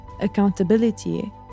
accountability